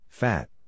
Fat